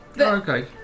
okay